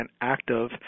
active